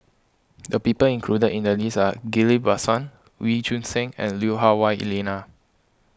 the people included in the list are Ghillie Basan Wee Choon Seng and Lui Hah Wah Elena